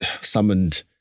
summoned